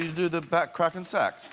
do the back cracking sack